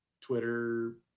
Twitter